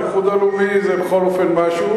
האיחוד הלאומי זה בכל אופן משהו,